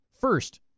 First